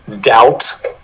doubt